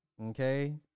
Okay